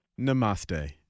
namaste